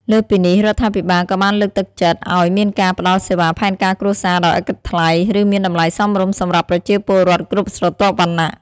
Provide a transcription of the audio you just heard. លើសពីនេះ រដ្ឋាភិបាលក៏បានលើកទឹកចិត្តឲ្យមានការផ្តល់សេវាផែនការគ្រួសារដោយឥតគិតថ្លៃ ឬមានតម្លៃសមរម្យសម្រាប់ប្រជាពលរដ្ឋគ្រប់ស្រទាប់វណ្ណៈ។